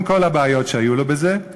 עם כל הבעיות שהיו לו בזה.